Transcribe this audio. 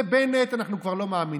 לבנט אנחנו כבר לא מאמינים,